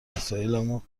وسایلامو